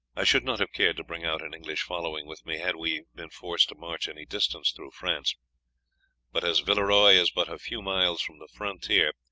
i should not have cared to bring out an english following with me had we been forced to march any distance through france but as villeroy is but a few miles from the frontier,